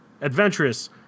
adventurous